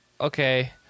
Okay